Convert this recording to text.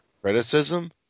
criticism